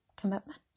commitment